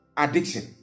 Addiction